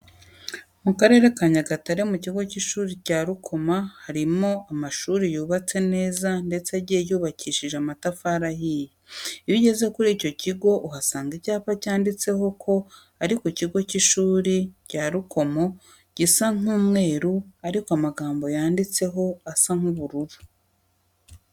Mu karere ka Nyagatare mu kigo cy'ishuri cya Rukoma harimo amashuri yubatse neza ndetse agiye yubakishije amatafari ahiye. Iyo ugeze kuri icyo kigo uhasanga icyapa cyanditseho ko ari ku kigo cy'ishuri cya Rukomo gisa nk'umweru ariko amagambo yanditsemo asa nk'ubururu.